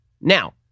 Now